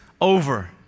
over